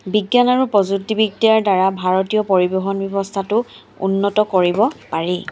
বিজ্ঞান আৰু প্ৰযুক্তিবিদ্যাৰ দ্বাৰা ভাৰতীয় পৰিবহণ ব্যৱস্থাটো উন্নত কৰিব পাৰি